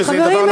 שזה דבר נכון,